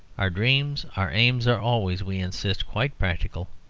our dreams, our aims are always, we insist, quite practical.